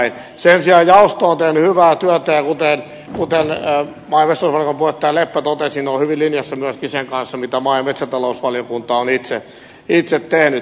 sen sijaan jaosto on tehnyt hyvää työtä ja kuten maa ja metsätalousvaliokunnan puheenjohtaja leppä totesi se on hyvin linjassa myöskin sen kanssa mitä maa ja metsätalousvaliokunta on itse tehnyt